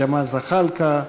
ג'מאל זחאלקה,